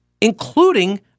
including